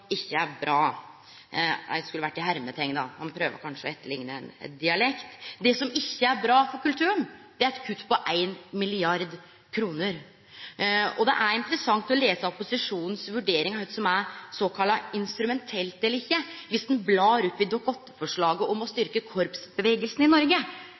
er bra» – det skulle ha vore i hermeteikn, han prøver kanskje å etterlikne ein dialekt. Det som «ikkje er bra» for kulturen, er eit kutt på ein milliard kroner! Og det er interessant å lese opposisjonen si vurdering av kva som er såkalla instrumentelt eller ikkje. Dersom ein blar i innstillinga til Dokument 8-forslaget om å styrkje korpsbevegelsen i Noreg,